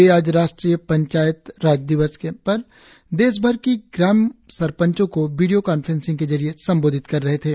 वे आज राष्ट्रीय पंचायत राज दिवस पर देशभर की ग्राम सरपंचों को वीडियो कान्फ्रेसिंग के जरिए सम्बोधित कर रहे थे